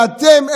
ואתם,